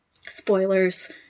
spoilers